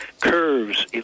curves